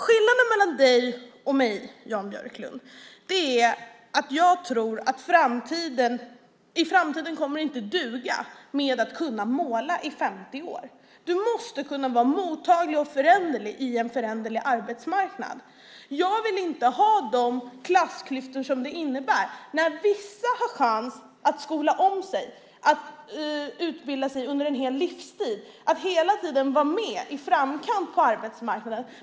Skillnaden mellan dig och mig, Jan Björklund, är att jag tror att det i framtiden inte kommer att duga att kunna måla i 50 år. Du måste kunna vara mottaglig och föränderlig i en föränderlig arbetsmarknad. Jag vill inte ha de klassklyftor som det innebär när vissa har chansen att skola om sig, att utbilda sig under en hel livstid och hela tiden vara i framkanten på arbetsmarknaden.